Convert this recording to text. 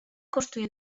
kosztuje